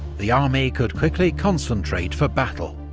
the army could quickly concentrate for battle.